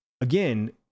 again